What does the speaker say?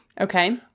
Okay